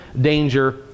danger